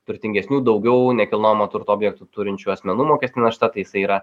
turtingesnių daugiau nekilnojamo turto objektų turinčių asmenų mokestinė našta tai jisai yra